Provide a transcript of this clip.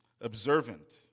observant